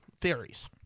Theories